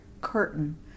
curtain